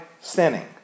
sinning